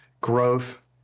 growth